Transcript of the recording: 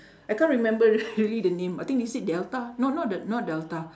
I can't remember really the name I think they say delta no not d~ not delta